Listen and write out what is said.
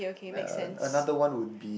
ya another one would be